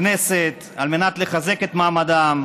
לכנסת, על מנת לחזק את מעמדן,